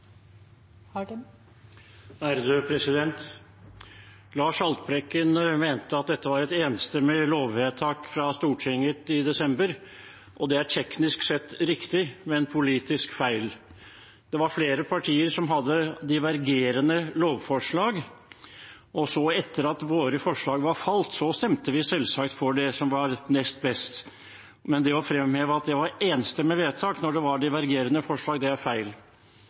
Lars Haltbrekken mente at dette var et enstemmig lovvedtak fra Stortinget i desember, og det er teknisk sett riktig, men politisk feil. Det var flere partier som hadde divergerende lovforslag, og så, etter at våre forslag var falt, stemte vi selvsagt for det som var nest best. Men det å fremheve at det var et enstemmig vedtak når det var divergerende forslag, er feil.